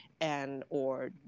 And/or